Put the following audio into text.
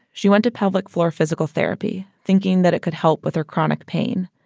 she went to pelvic floor physical therapy, thinking that it could help with her chronic pain.